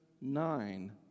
nine